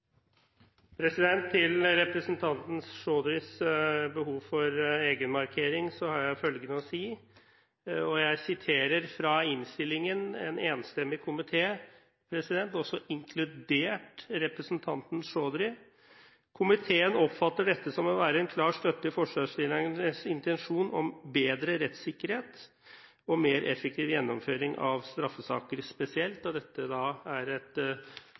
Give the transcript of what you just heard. Til representanten Chaudhrys behov for egenmarkering har jeg følgende å si: Jeg siterer fra innstillingen, en enstemmig komité, inkludert representanten Chaudhry: «Komiteen oppfatter dette som å være en klar støtte til forslagsstillernes intensjon om bedre rettssikkerhet og mer effektiv gjennomføring av straffesaker spesielt.» Dette er da et